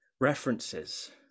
references